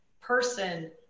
person